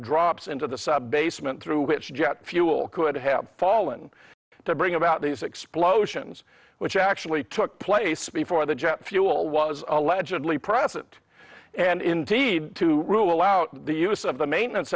drops into the sub basement through which the jet fuel could have fallen to bring about these explosions which actually took place before the jet fuel was allegedly present and indeed to rule out the use of the maintenance